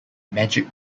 magic